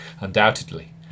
undoubtedly